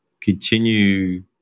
continue